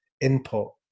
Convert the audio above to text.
input